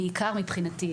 בעיקר מבחינתי,